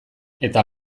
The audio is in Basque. eta